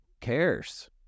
cares